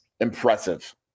impressive